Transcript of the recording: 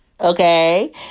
Okay